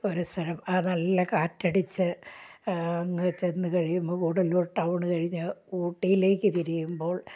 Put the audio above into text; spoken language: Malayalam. ഒരു സ്ഥലം ആ നല്ല കാറ്റടിച്ച് അങ്ങ് ചെന്നു കഴിയുമ്പോൾ ഗൂഡല്ലൂർ ടൗണ് കഴിഞ്ഞ് ഊട്ടിയിലേക്ക് തിരിയുമ്പോൾ